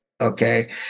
Okay